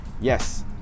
yes